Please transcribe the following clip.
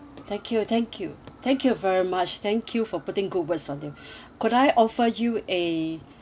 thank you thank you thank you very much thank you for putting good words on it could I offer you eh